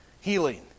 healing